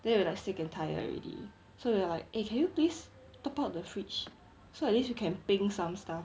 then we like sick and tired already so we're like eh can you please top up the fridge so at least you can peng some stuff